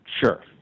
sure